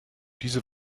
diese